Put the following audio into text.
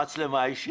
כן, מצלמה אישית.